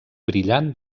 brillant